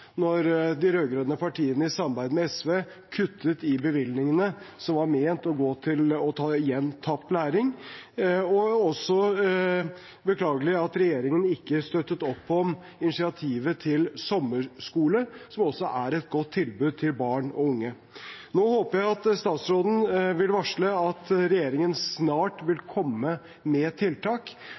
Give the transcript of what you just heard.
de rød-grønne partiene, i samarbeid med SV, kuttet i bevilgningene som var ment å gå til å ta igjen tapt læring. Det er også beklagelig at regjeringen ikke støttet opp om initiativet til sommerskole, som også er et godt tilbud til barn og unge. Nå håper jeg at statsråden vil varsle at regjeringen snart vil komme med tiltak,